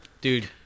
Dude